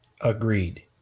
Agreed